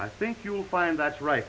i think you'll find that's right